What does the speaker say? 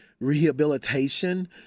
rehabilitation